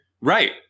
Right